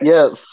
Yes